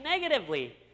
negatively